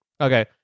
okay